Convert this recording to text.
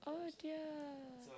oh dear